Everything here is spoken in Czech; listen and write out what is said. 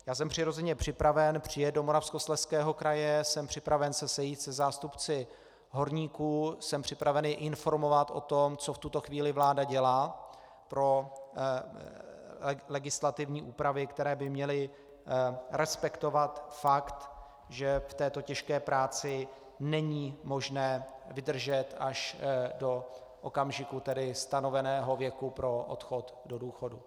Já jsem samozřejmě připraven přijet do Moravskoslezského kraje, jsem připraven se sejít se zástupci horníků, jsem připraven je informovat o tom, co v tuto chvíli vláda dělá pro legislativní úpravy, které by měly respektovat fakt, že v této těžké práci není možné vydržet až do okamžiku stanoveného věku pro odchod do důchodu.